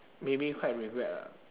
maybe quite regret ah